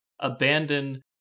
abandon